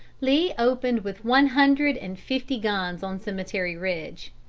lee opened with one hundred and fifty guns on cemetery ridge.